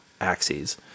axes